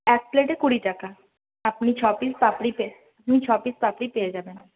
এক প্লেটে কুড়ি টাকা আপনি ছ পিস পাপড়ি পেয়ে আপনি ছ পিস পাপড়ি পেয়ে যাবেন